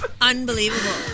Unbelievable